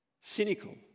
cynical